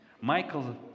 Michael